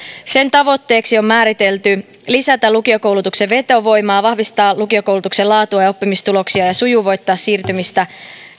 tavoitteeksi on määritelty että lisätään lukiokoulutuksen vetovoimaa vahvistetaan lukiokoulutuksen laatua ja oppimistuloksia ja sujuvoitetaan siirtymistä